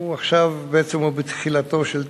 הוא בתחילתו של תהליך,